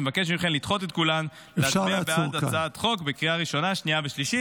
אני מבקש מכם לדחות את כולן ולהצביע בעד הצעת החוק -- אפשר לעצור כאן.